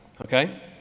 okay